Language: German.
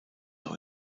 auch